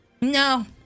No